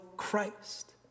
Christ